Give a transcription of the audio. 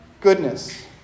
goodness